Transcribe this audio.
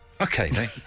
Okay